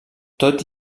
tot